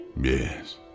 Yes